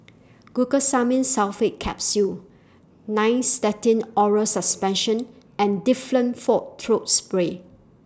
Glucosamine Sulfate Capsules Nystatin Oral Suspension and Difflam Forte Throat Spray